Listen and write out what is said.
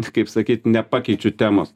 kaip sakyt nepakeičiu temos